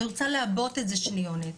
ואני רוצה לעבות את זה שניונת.